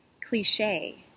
cliche